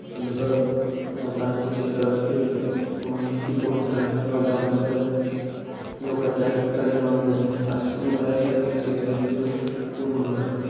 जसं तांत्रिक क्षेत्रातील माहिती पुरवठा किंवा त्याबद्दल लोकांत जागरूकता निर्माण करणे अशा पण बऱ्याचशा गोष्टी आहेत ज्या तिथून पूर्ण होतात